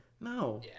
No